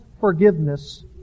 forgiveness